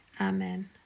Amen